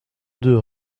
deux